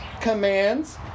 commands